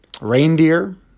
Reindeer